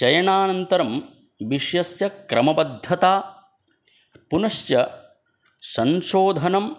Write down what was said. चयनानन्तरं विषयस्य क्रमबद्धता पुनश्च संशोधनं